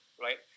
right